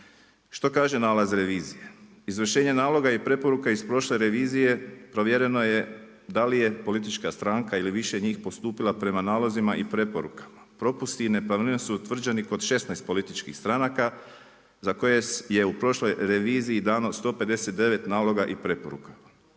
Što kaže nalaz revizije? Izvršenje naloga i preporuka iz prošle revizije provjereno je da li je politička stranka ili više njih postupila prema nalozima i preporukama. Propusti i nepravilnosti su utvrđeni kod 16 političkih stranaka za koje je u prošloj reviziji dano 159 naloga i preporuka.